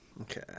Okay